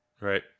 right